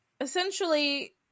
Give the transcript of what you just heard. essentially